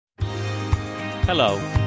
Hello